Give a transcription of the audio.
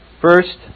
First